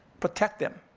protect them.